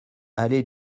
allée